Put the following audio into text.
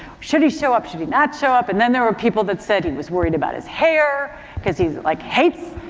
should he show up, should he not show up. and then there were people that said he was worried about his hair because he's like hates,